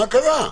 מה קרה?